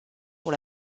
pour